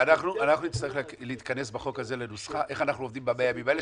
אנחנו נצטרך להתכנס בחוק הזה לנוסחה איך אנחנו עובדים ב-100 הימים האלה,